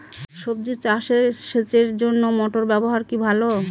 সবজি চাষে সেচের জন্য মোটর ব্যবহার কি ভালো?